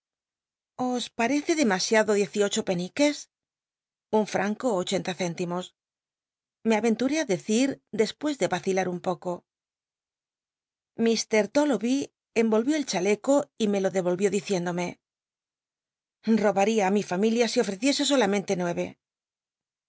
parece demasiado diez y ocho peniques un franco ochenta céntimos me ayenturé á decir despues de yacilar un poco llh dolloby enyohió el chaleco y me lo de olvió ti iciéndome robaj'ia á mi familia si ofreciese solamente